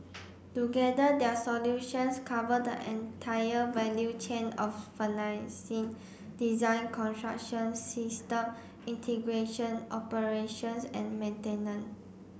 together their solutions cover the entire value chain of financing design construction system integration operations and maintenance